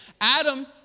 Adam